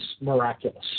miraculous